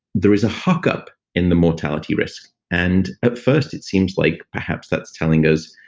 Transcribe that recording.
there is a hook-up in the mortality risk and at first it seems like perhaps that's telling us,